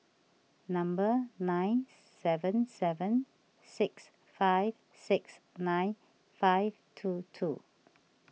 number nine seven seven six five six nine five two two